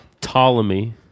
Ptolemy